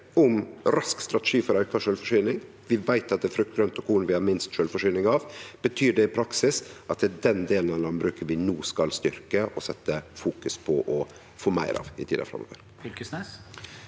om rask strategi for auka sjølvforsyning og vi veit at det er frukt, grønt og korn vi har minst sjølvforsyning av, betyr det i praksis at det er den delen av landbruket vi no skal styrkje og fokusere på å få meir av i tida framover?